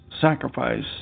sacrifice